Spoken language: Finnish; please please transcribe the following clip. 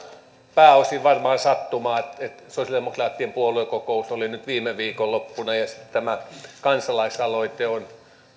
pääosin varmaan sattumaa että sosiaalidemokraattien puoluekokous oli viime viikonloppuna ja tämä kansalaisaloite on